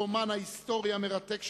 הרומן ההיסטורי המרתק שכתב,